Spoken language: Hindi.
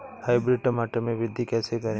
हाइब्रिड टमाटर में वृद्धि कैसे करें?